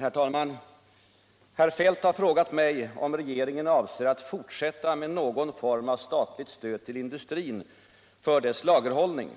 Herr talman! Herr Feldt har frågat mig om regeringen avser att fortsätta med någon form av statligt stöd till industrin för dess lagerhållning.